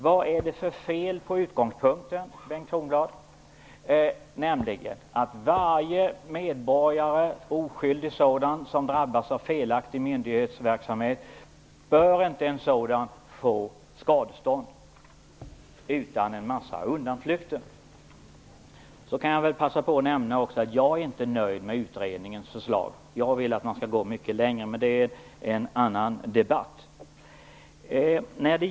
Vad är det för fel på utgångspunkten, Bengt Kronblad, att varje oskyldig medborgare som drabbas av felaktig myndighetsverksamhet bör få skadestånd utan en massa undanflykter? Jag kan väl passa på att nämna också att jag inte är nöjd med utredningens förslag. Jag vill att man skall gå mycket längre. Men det är en annan debatt.